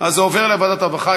אז זה עובר לוועדת הרווחה,